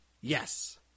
Yes